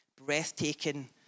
breathtaking